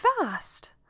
fast